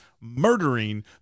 murdering